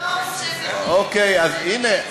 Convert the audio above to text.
אוקיי, אז הנה.